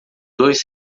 dois